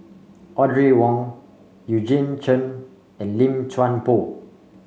Audrey Wong Eugene Chen and Lim Chuan Poh